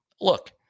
look